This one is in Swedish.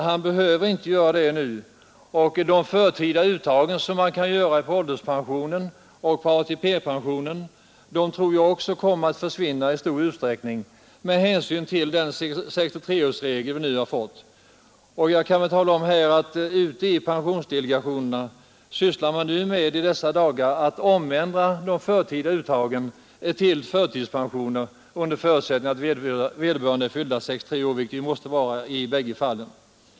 Han behöver inte göra dem nu, och de förtida uttag han kan göra på ålderspensionen och ATP-pensionen tror jag också kommer att försvinna i stor utsträckning med hänsyn till den 63-årsregel vi nu har fått. Jag kan väl här tala om att pensionsdelegationerna i dessa dagar sysslar med att omändra de förtida uttagen till förtidspensioner under förutsättning att vederbörande har fyllt 63 år, vilket måste ha skett i båda fallen.